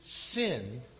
sin